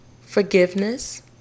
forgiveness